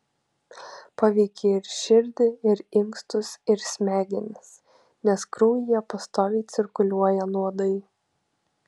paveikia ir širdį ir inkstus ir smegenis nes kraujyje pastoviai cirkuliuoja nuodai